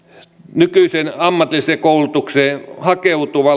nykyisin ammatilliseen koulutukseen hakeutuva